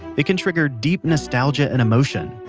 it can trigger deep nostalgia and emotion.